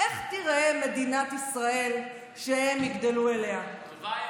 איך תיראה מדינת ישראל שהם יגדלו אליה, טובה יותר.